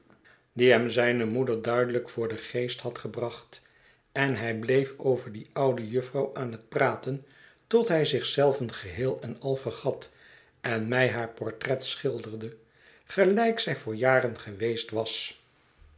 die hem zijne moeder duidelijk voor den geest had gebracht en hij bleef over die oude jufvrouw aan het praten tot hij zich zelven geheel en al vergat en mij haar portret schilderde gelijk zij voor jaren geweest was